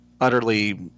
utterly